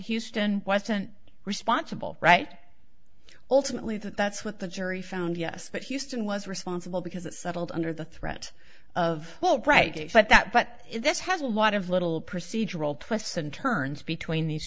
houston wasn't responsible right alternately that that's what the jury found yes but houston was responsible because it settled under the threat of well right but that but this has a lot of little procedural twists and turns between these